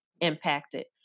impacted